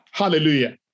Hallelujah